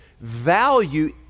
value